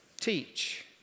teach